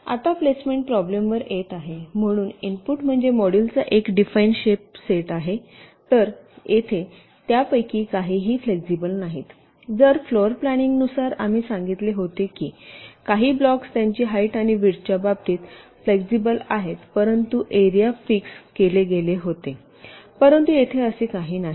आता प्लेसमेंट प्रॉब्लेमवर येत आहे म्हणून इनपुट म्हणजे मोड्युलचा एक डिफाइन शेप सेट आहे तर येथे त्यापैकी काहीही फ्लेक्सिबल नाहीत जसे फ्लोर प्लांनिंगनुसार आम्ही सांगितले होते की काही ब्लॉक्स त्यांची हाईट आणि विड्थच्या बाबतीत फ्लेक्सिबल आहेत परंतु एरिया फिक्स केले गेले होते परंतु येथे असे काही नाही